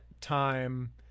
time